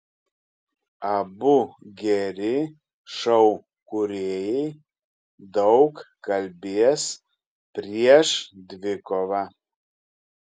abu geri šou kūrėjai daug kalbės prieš dvikovą